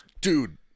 dude